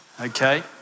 Okay